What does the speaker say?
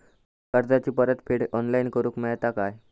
कर्जाची परत फेड ऑनलाइन करूक मेलता काय?